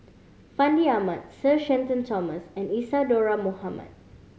Fandi Ahmad Sir Shenton Thomas and Isadhora Mohamed